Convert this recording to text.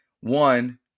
one